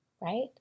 right